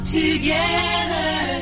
together